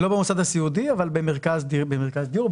לא במוסד הסיעודי אבל במרכז דיור,